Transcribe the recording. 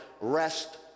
rest